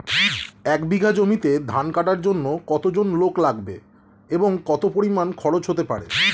এক বিঘা জমিতে ধান কাটার জন্য কতজন লোক লাগবে এবং কত পরিমান খরচ হতে পারে?